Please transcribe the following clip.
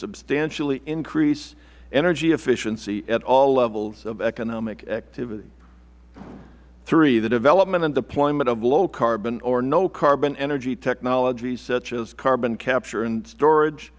substantially increase energy efficiency at all levels of economic activity three the development and deployment of low carbon or no carbon energy technology such as carbon capture and storage